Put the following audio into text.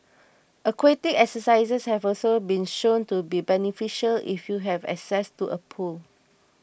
aquatic exercises have also been shown to be beneficial if you have access to a pool